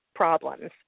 problems